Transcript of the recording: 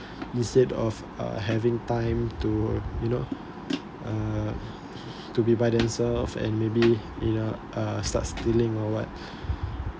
instead of uh having time to you know uh to be by themselves and maybe in a uh uh start stealing or what